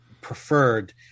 preferred